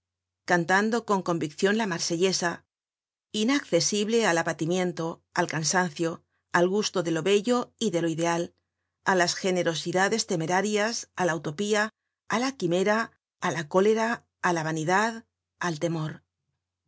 cantando con conviccion la marsellesa inaccesible al abatimiento al cansancio al gusto de lo bello y de lo ideal á las generosidades temerarias á la utopia á la quimera á la cólera á la content from google book search generated at vanidad al temor